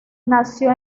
nació